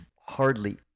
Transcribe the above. hardly